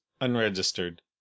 unregistered